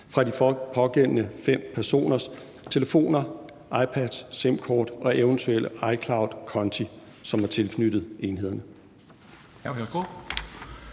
fra de pågældende fem personers telefoner, iPads, sim-kort og eventuelle iCloudkonti, som var tilknyttet enhederne.